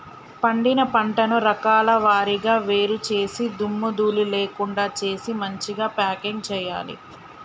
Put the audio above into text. పండిన పంటను రకాల వారీగా వేరు చేసి దుమ్ము ధూళి లేకుండా చేసి మంచిగ ప్యాకింగ్ చేయాలి